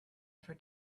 ever